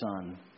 son